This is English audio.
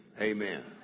Amen